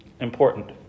important